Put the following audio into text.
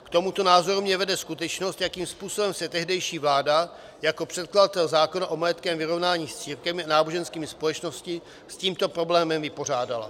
K tomuto názoru mě vede skutečnost, jakým způsobem se tehdejší vláda jako předkladatel zákona o majetkovém vyrovnání s církvemi a náboženskými společnostmi s tímto problémem vypořádala.